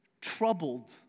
troubled